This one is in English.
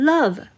Love